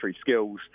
skills